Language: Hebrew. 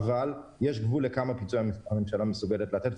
אבל, יש גבול לכמות הפיצוי שהממשלה מסוגלת לשלם.